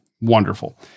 Wonderful